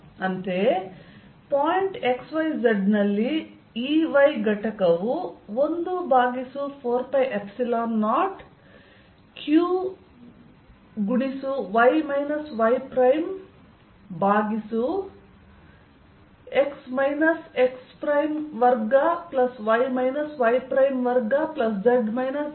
ಅಂತೆಯೇ point x y z ನಲ್ಲಿ Ey ಯು 14π0 qy y ಪ್ರೈಮ್ ಭಾಗಿಸು x x2y y2z z2 ರ ಘಾತ 32